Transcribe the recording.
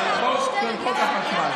על חוק החשמל.